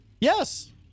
Yes